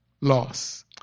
loss